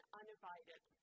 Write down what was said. uninvited